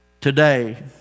Today